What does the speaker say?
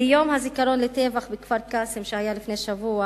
לפני שבוע